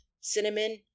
cinnamon